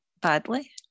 badly